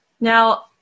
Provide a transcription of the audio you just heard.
Now